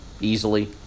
easily